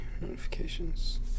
Notifications